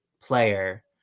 player